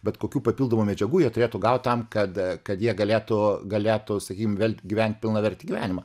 bet kokių papildomų medžiagų jie turėtų gaut tam kada kad jie galėtų galėtų sakykim vėl gyvent pilnavertį gyvenimą